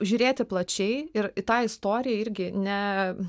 žiūrėti plačiai ir į tą istoriją irgi ne